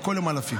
וכל יום אלפים,